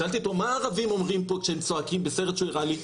שאלתי אותו 'מה הערבים אומרים פה כשהם צועקים?' בסרט שהוא הראה לי.